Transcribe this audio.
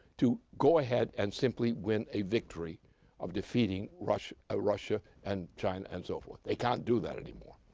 to go ahead and simply win a victory of defeating russia ah russia and china and so forth they can't do that any more.